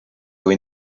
kui